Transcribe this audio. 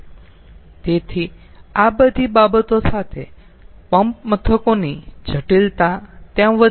તેથી આ બધી બાબતો સાથે પંપ મથકોની જટિલતા ત્યાં વધે છે